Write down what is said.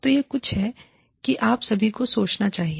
तो यह कुछ है कि आप सभी को सोचना चाहिए